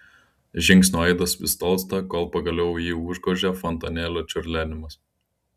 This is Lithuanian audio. žingsnių aidas vis tolsta kol pagaliau jį užgožia fontanėlio čiurlenimas